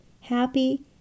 happy